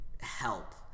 help